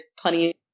plenty